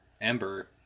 Ember